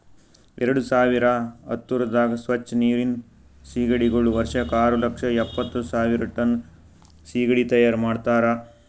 ಎರಡು ಸಾವಿರ ಹತ್ತುರದಾಗ್ ಸ್ವಚ್ ನೀರಿನ್ ಸೀಗಡಿಗೊಳ್ ವರ್ಷಕ್ ಆರು ಲಕ್ಷ ಎಪ್ಪತ್ತು ಸಾವಿರ್ ಟನ್ ಸೀಗಡಿ ತೈಯಾರ್ ಮಾಡ್ತಾರ